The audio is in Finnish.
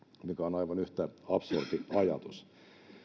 mikä on aivan yhtä absurdi ajatus